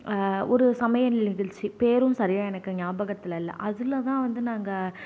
ஒரு சமையல் நிகழ்ச்சி பேரும் சரியாக எனக்கு நியாபகத்தில் இல்லை அதில்தான் வந்து நாங்கள்